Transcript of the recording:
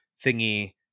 thingy